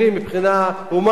מבחינה הומנית,